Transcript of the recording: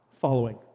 following